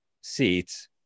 seats